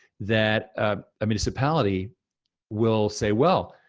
that a municipality will say, well,